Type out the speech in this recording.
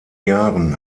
jahren